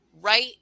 right